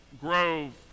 grove